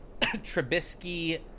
Trubisky